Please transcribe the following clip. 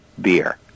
beer